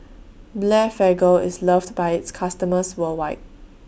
Blephagel IS loved By its customers worldwide